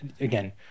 Again